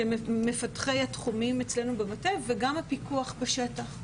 מפתחי התחומים אצלנו במטה וגם הפיקוח בשטח.